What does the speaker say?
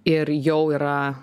ir jau yra